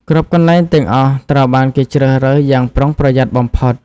គ្រប់កន្លែងទាំងអស់ត្រូវបានគេជ្រើសរើសយ៉ាងប្រុងប្រយ័ត្នបំផុត។